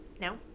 No